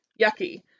yucky